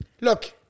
look